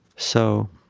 so